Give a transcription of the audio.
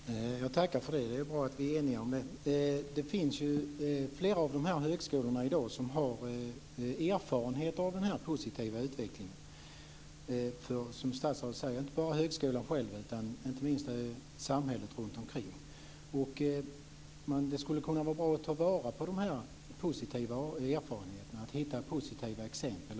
Fru talman! Jag tackar för det. Det är bra att vi är eniga om det. Flera av dessa högskolor har i dag erfarenhet av denna positiva utveckling. Som statsrådet säger gäller det ju inte bara högskolan själv utan inte minst samhället runt omkring. Men det skulle kunna vara bra att ta vara på dessa positiva erfarenheter och att hitta positiva exempel.